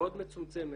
מאוד מצומצמת,